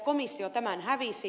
komissio tämän hävisi